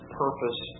purpose